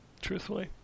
truthfully